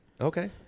Okay